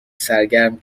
سرگرم